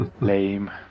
Lame